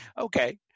okay